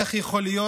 איך יכול להיות